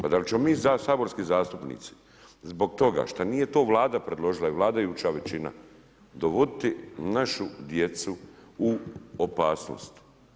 Pa dal ćemo mi saborski zastupnici zbog toga što nije to Vlada predložila i vladajuća većina dovoditi našu djecu u opasnost?